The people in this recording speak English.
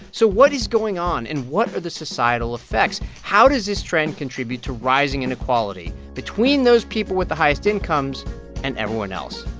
so what is going on, and what are the societal effects? effects? how does this trend contribute to rising inequality between those people with the highest incomes and everyone else?